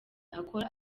akora